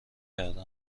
کرده